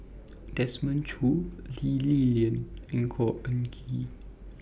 Desmond Choo Lee Li Lian and Khor Ean Ghee